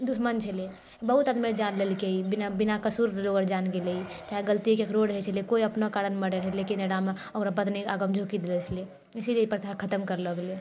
दुश्मन छलै बहुत आदमी रऽ जान लेलकै ई बिना बिना कसूर रऽ ओकर जान गेलै चाहे गलती ककरो रहैत छलै कोइ अपना कारण मरैत रहै लेकिन एकरामे ओकर पत्नीके आगिमे झोकि देल जाइत छलै इसीलिए ई प्रथा खतम करल गेलै